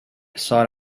sought